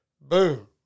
Boom